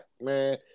man